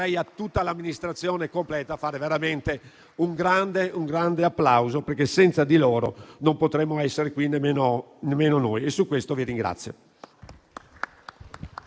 l'ordine. A tutta l'Amministrazione completa vorrei fare veramente un grande applauso, perché senza di essa non potremmo essere qui nemmeno noi. E di questo vi ringrazio.